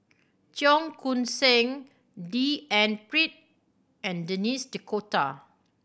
Cheong Koon Seng D N Pritt and Denis D'Cotta